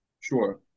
Sure